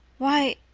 why,